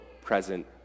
present